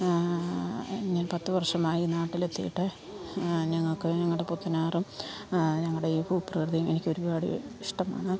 ഞാൻ പത്ത് വർഷമായി നാട്ടിൽ എത്തിയിട്ട് ഞങ്ങൾക്ക് ഞങ്ങളുടെ പുത്തനാറും ഞങ്ങളുടെ ഈ ഭൂപ്രകൃതിയും എനിക്ക് ഒരുപാട് ഇഷ്ടമാണ്